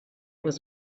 was